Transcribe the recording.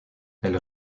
elle